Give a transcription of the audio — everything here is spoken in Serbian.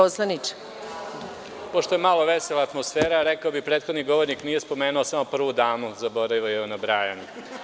Pošto je malo vesela atmosfera, rekao bih prethodni govornik nije spomenuo samo prvu damu, zaboravio je na Brajan.